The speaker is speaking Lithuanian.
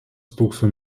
stūkso